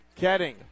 Ketting